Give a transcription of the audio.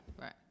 right